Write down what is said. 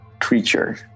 creature